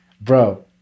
bro